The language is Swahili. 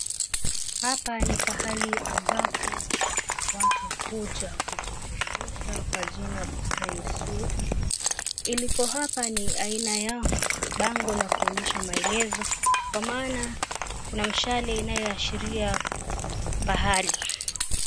Hapa ni pahali ambapo watu huja kujiburudisha kwa jina bustani Sud iliko hapa ni aina ya bango la kuonyesha maelezo kwa maana kuna mshale inaoashiria pahali.